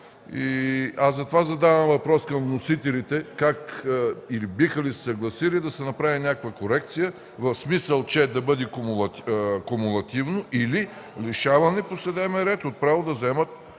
си права. Задавам въпрос към вносителите: биха ли се съгласили да се направи някаква корекция, в смисъл да бъде кумулативно или „лишаване по съдебен ред от право да заемат